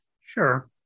sure